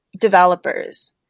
developers